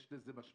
יש לזה משמעויות.